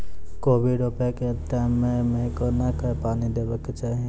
कोबी रोपय केँ टायम मे कोना कऽ पानि देबाक चही?